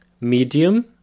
medium